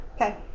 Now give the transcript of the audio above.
okay